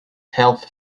health